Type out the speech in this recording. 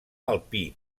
alpí